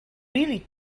really